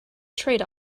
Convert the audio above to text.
trade